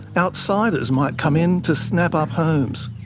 outsiders might come in to snap up homes.